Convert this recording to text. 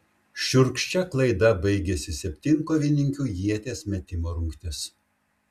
šiurkščia klaida baigėsi septynkovininkių ieties metimo rungtis